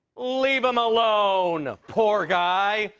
leave him alone! poor guy.